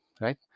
right